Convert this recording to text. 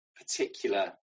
particular